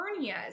hernias